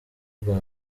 bwa